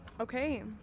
Okay